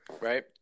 right